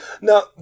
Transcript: Now